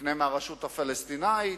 נקנה מהרשות הפלסטינית,